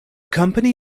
company